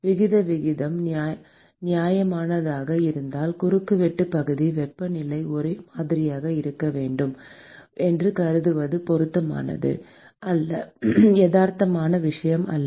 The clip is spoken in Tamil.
விகித விகிதம் நியாயமானதாக இருந்தால் குறுக்குவெட்டுப் பகுதி வெப்பநிலை ஒரே மாதிரியாக இருக்க வேண்டும் என்று கருதுவது பொருத்தமானது அல்ல யதார்த்தமான விஷயம் அல்ல